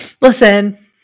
Listen